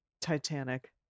Titanic